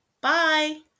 Bye